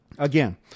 Again